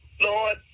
Lord